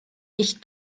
nicht